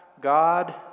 God